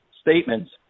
statements